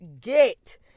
get